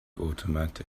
automatic